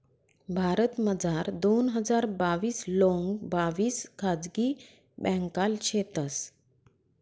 भारतमझार दोन हजार बाविस लोंग बाविस खाजगी ब्यांका शेतंस